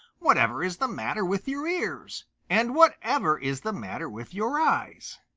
whatever is the matter with your ears? and whatever is the matter with your eyes?